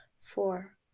Four